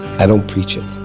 i don't preach it.